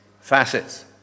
facets